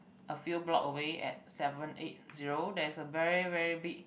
a few block away at seven eight zero there's a very very big